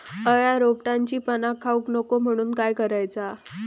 अळ्या रोपट्यांची पाना खाऊक नको म्हणून काय करायचा?